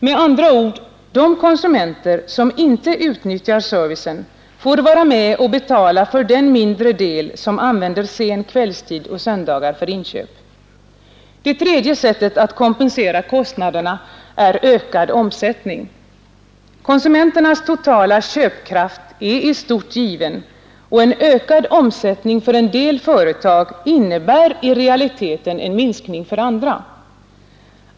Med andra ord får de konsumenter som inte utnyttjar servicen vara med och betala för den minoritet som använder sin kvällstid och söndagar till inköp. Det tredje sättet att kompensera kostnaderna är ökad omsättning. Kundernas totala köpkraft är i stort given, och en ökad omsättning för en del företag innebär i realiteten en minskning för andra.